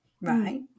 Right